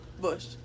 bush